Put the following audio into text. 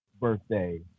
birthday